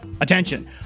attention